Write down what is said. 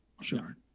sure